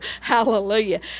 Hallelujah